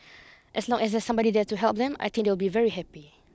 as long as there's somebody there to help them I think they will be very happy